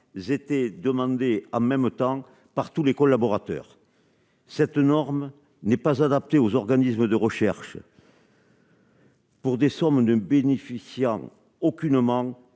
était demandé, en même temps par tous les collaborateurs. Cette norme n'est pas adapté aux organismes de recherche. Pour des sommes de bénéficiant aucunement